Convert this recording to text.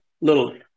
little